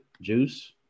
Juice